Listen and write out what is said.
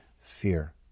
fear